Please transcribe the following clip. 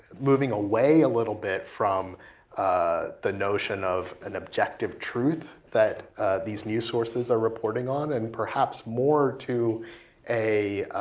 moving away a little bit from the notion of an objective truth that these news sources are reporting on and perhaps more to a